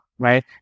right